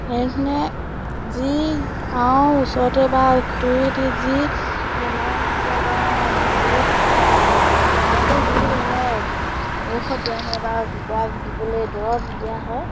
এনেধৰণে যি পাওঁ ওচৰতে বা খুৰীহঁতে যি বেমাৰ হওঁতে বা হেৰি গাঁৱতে যি তাৰমানে ঔষধ দিয়া হয় বা কুকুৰাক দিবলৈ দৰব দিয়া হয়